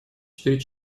четыре